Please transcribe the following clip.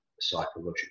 psychological